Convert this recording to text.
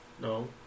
No